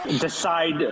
decide